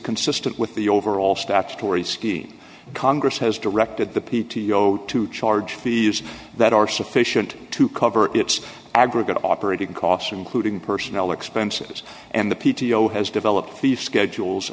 consistent with the overall statutory scheme congress has directed the p t o to charge fees that are sufficient to cover its aggregate operating costs including personnel expenses and the p t o has developed the schedules